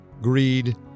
Greed